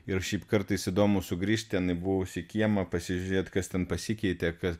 ir šiaip kartais įdomu sugrįžt ten į buvusį kiemą pasižiūrėt kas ten pasikeitė kad